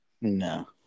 No